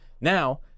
Now